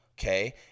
Okay